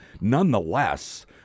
Nonetheless